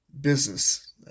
Business